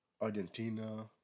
Argentina